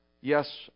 Yes